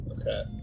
Okay